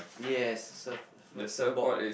yes serve first serve boat